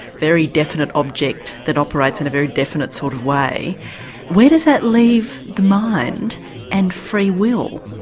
very definite object that operates in a very definite sort of way where does that leave the mind and free will?